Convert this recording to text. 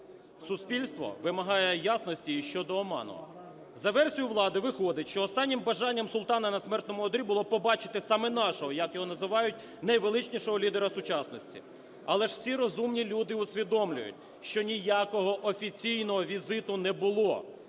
Суспільство вимагає ясності і щодо Оману. За версією влади виходить, що останнім бажанням султана на смертному одрі було побачити саме нашого, як його називають, "найвеличнішого лідера сучасності". Але ж всі розумні люди усвідомлюють, що ніякого офіційного візиту не було.